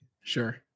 Sure